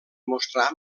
mostrar